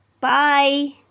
Bye